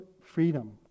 freedom